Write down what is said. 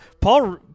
Paul